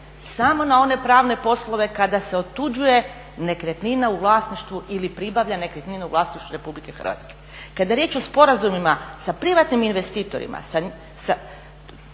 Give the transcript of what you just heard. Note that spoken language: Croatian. samo na one pravne poslove kada se otuđuje nekretnina u vlasništvu, ili pribavlja nekretnina u vlasništvu RH. Kada je riječ o sporazumima sa privatnim investitorima